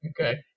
Okay